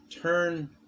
turn